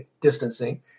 distancing